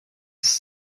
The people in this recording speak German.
ist